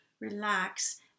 relax